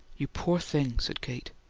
you poor thing, said kate.